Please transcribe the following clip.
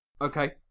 Okay